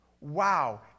Wow